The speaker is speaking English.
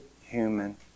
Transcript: human